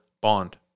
bond